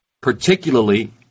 particularly